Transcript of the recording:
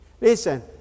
Listen